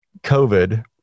COVID